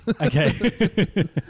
Okay